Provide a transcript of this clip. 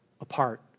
apart